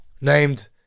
named